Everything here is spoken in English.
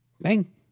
Bang